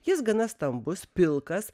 jis gana stambus pilkas